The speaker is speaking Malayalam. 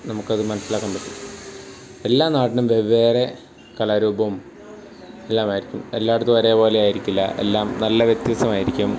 നമുക്കത് മനസ്സിലാക്കാൻ പറ്റും എല്ലാ നാട്ടിനും വെവ്വേറെ കലാരൂപവും എല്ലാം ആയിരിക്കും എല്ലായിടത്തും ഒരേപോലെ ആയിരിക്കില്ല എല്ലാം നല്ല വ്യത്യാസമായിരിക്കും